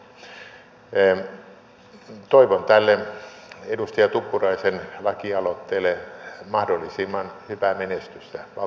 toivon tälle edustaja tuppuraisen lakialoitteelle mahdollisimman hyvää menestystä valtiovarainvaliokunnan käsittelyssä